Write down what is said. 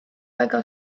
väga